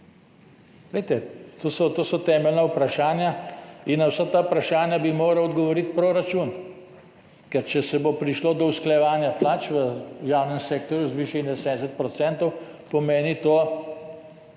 Glejte, to so temeljna vprašanja in na vsa ta vprašanja bi moral odgovoriti proračun. Ker če bo prišlo do usklajevanja plač v javnem sektorju z višine 70 %, pomeni to